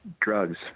drugs